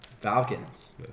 Falcons